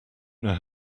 know